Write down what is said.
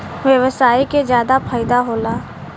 व्यवसायी के जादा फईदा होला